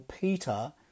Peter